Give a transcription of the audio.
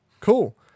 Cool